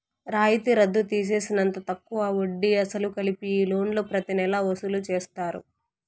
రాయితీ రద్దు తీసేసినంత తక్కువ వడ్డీ, అసలు కలిపి ఈ లోన్లు ప్రతి నెలా వసూలు చేస్తారు